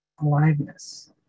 aliveness